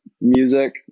music